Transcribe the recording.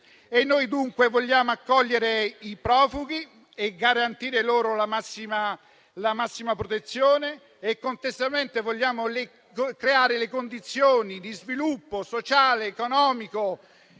Noi, dunque, vogliamo accogliere i profughi e garantire loro la massima protezione e contestualmente vogliamo creare le condizioni di sviluppo sociale ed economico